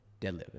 deadlift